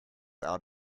out